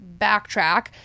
backtrack